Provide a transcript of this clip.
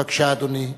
בבקשה, אדוני.